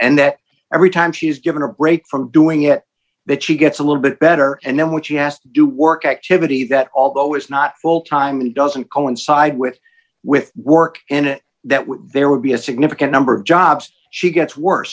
and that every time she's given a break from doing it that she gets a little bit better and then what she has to do work activity that although it's not full time doesn't coincide with with work and that we're there would be a significant number of jobs she gets worse